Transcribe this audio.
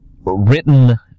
written